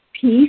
peace